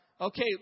Okay